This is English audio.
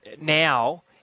now